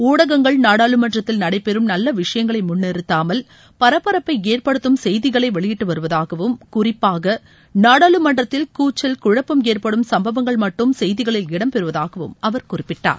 ஊடகங்கள் நாடாளுமன்றத்தில் நடைபெறும் நல்ல விஷயங்களை முன்நிறுத்தாமல் பரப்பரப்பை ஏற்படுத்தும் செய்திகளை வெளியிட்டுவருவதாகவும் குறிப்பாக நாடாளுமன்றத்தில் கூச்சல் குழப்பம் ஏற்படும் சம்பவங்கள் மட்டும் செய்திகளில் இடம்பெறுவதாகவும் அவர் குறிப்பிட்டார்